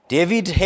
David